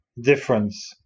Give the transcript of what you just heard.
difference